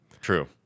True